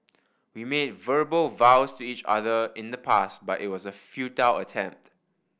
we made verbal vows to each other in the past but it was a futile attempt